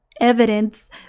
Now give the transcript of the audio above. evidence